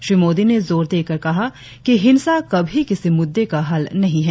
श्री मोदी ने जोर देकर कहा कि हिंसा कभी किसी मुद्दे का हल नहीं है